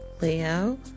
Leo